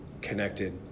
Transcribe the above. connected